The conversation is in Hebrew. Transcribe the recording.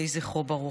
יהי זכרו ברוך.